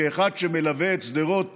כאחד שמלווה את שדרות